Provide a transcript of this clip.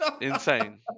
insane